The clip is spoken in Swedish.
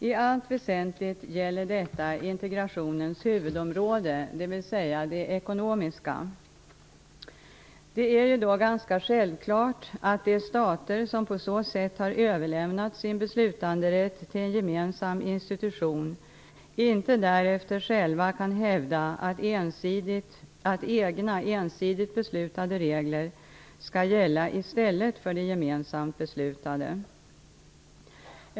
I allt väsentligt gäller detta integrationens huvudområde, dvs. det ekonomiska. Det är ju då ganska självklart att de stater som på så sätt har överlämnat sin beslutanderätt till en gemensam institution inte därefter själv kan hävda att egna ensidigt beslutade regler skall gälla i stället för de gemensamt beslutade.